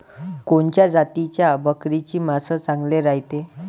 कोनच्या जातीच्या बकरीचे मांस चांगले रायते?